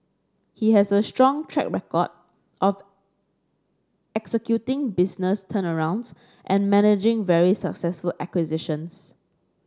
he has a strong track record of executing business turnarounds and managing very successful acquisitions